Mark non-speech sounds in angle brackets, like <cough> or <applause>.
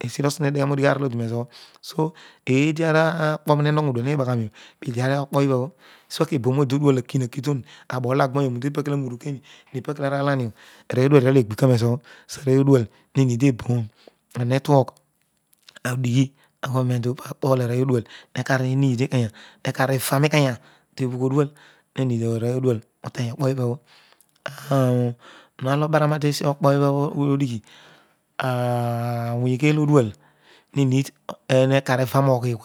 Esrras sinodeyhe aar olodi mue zoblo so eedi aro kpobho ne mogha zodi odral <unintelligible> obho pedi pedi ara okpo ibhabho grigia keboom udito dual obho eukiton abol ragbon tepakele aromatehi hentation arooy oduas trolio elghika reezobho weturk, odighi orpo ishin parvoy odual ukar no need rukenya tebuje odual no heed arovy odual noteny okpo ababa bha <unintelligible> tegbani noboghol to eiraiasis odal lzal blo ensony we fire miris